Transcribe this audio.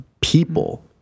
people